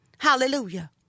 Hallelujah